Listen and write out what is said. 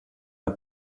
der